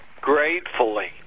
gratefully